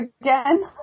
again